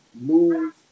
move